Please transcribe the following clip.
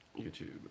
YouTube